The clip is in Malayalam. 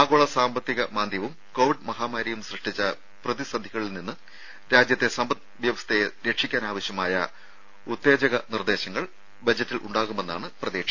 ആഗോള സാമ്പത്തിക മാന്ദ്യവും കൊവിഡ് മഹാമാരിയും സൃഷ്ടിച്ച പ്രതിസന്ധികളിൽ നിന്ന് രാജ്യത്തെ സമ്പദ് വ്യവസ്ഥയെ രക്ഷിക്കാനാവശ്യമായ നിർദേശങ്ങൾ ഉത്തേജന ബജറ്റിലുണ്ടാകുമെന്നാണ് പ്രതീക്ഷ